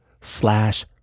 slash